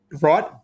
right